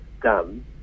done